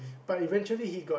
but eventually he got